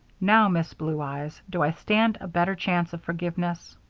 now, miss blue eyes, do i stand a better chance of forgiveness?